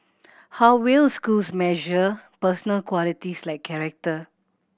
how will schools measure personal qualities like character